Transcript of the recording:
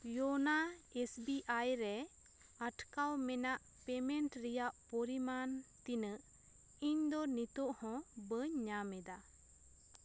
ᱭᱳᱱᱟ S B I ᱨᱮ ᱟᱴᱠᱟᱣ ᱢᱮᱱᱟᱜ ᱯᱮᱢᱮᱱᱴ ᱨᱮᱭᱟᱜ ᱯᱚᱨᱤᱢᱟᱱ ᱛᱤᱱᱟᱹᱜ ᱤᱧᱫᱚ ᱱᱤᱛᱚ ᱦᱚᱸ ᱵᱟᱹᱧ ᱧᱟᱢᱼᱮᱫᱟ